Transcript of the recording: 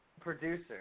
producer